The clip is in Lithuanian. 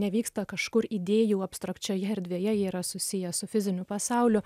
nevyksta kažkur idėjų abstrakčioje erdvėje yra susiję su fiziniu pasauliu